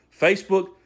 Facebook